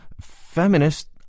feminist